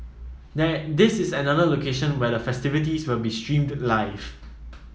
there this is another location where the festivities will be streamed live